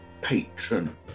patron